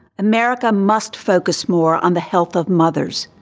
america must focus more on the health of mothers,